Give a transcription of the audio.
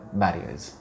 barriers